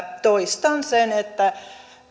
toistan sen että